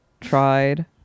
tried